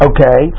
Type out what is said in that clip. Okay